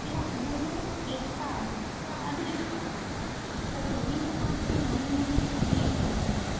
ठीकु आहे उन्हनि में एकता आहे ॾाढी एकता आहे त सिंधी समाज जे माण्हुनि में बि ॾाढी एकता थींदी आहे